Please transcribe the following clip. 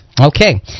Okay